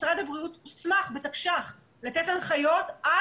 משרד הבריאות הוסמך בתקש"ח לתת הנחיות על